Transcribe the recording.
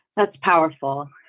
that's powerful,